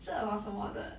是 about 什么的